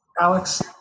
Alex